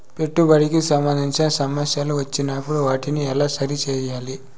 పెట్టుబడికి సంబంధించిన సమస్యలు వచ్చినప్పుడు వాటిని ఎలా సరి చేయాలి?